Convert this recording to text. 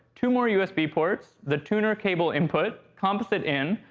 two more usb ports, the tuner cable input, composite in,